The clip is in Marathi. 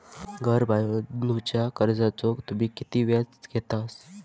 घर बांधूच्या कर्जाचो तुम्ही व्याज किती घेतास?